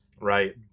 right